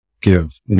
give